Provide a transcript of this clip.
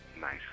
nice